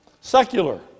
secular